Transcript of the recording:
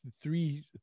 three